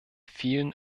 vielen